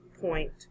point